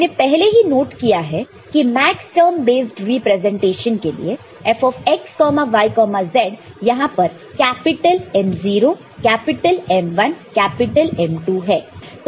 हमने पहले ही नोट किया है कि मैक्सटर्म बेस्ड रिप्रेजेंटेशन के लिए F x y z यहां पर कैपिटल M0 कैपिटल M1 कैपिटलM2 है